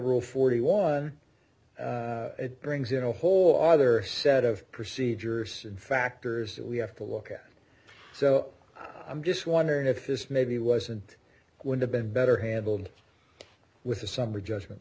rule forty one brings in a whole other set of procedures and factors that we have to look at so i'm just wondering if this maybe wasn't would have been better handled with the summary judgment